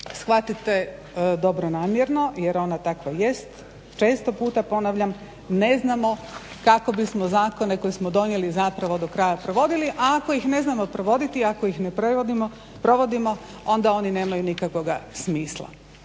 shvatite dobronamjerno jer ona takva jest. Često puta ponavljam ne znamo kako bismo zakone koje smo donijeli zapravo dokraja provodili, a ako ih ne znamo provoditi, ako ih ne provodimo onda oni nemaju nikakvoga smisla.